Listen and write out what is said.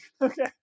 okay